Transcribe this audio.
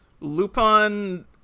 Lupin